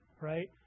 right